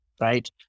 right